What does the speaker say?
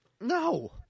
No